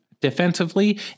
defensively